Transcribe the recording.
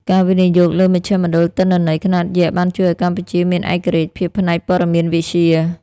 ការវិនិយោគលើមជ្ឈមណ្ឌលទិន្នន័យ ខ្នាតយក្ស បានជួយឱ្យកម្ពុជាមានឯករាជ្យភាពផ្នែកព័ត៌មានវិទ្យា។